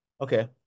Okay